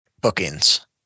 bookings